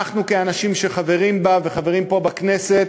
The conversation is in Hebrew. אנחנו, כאנשים שחברים בה, וחברים פה, בכנסת,